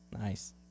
Nice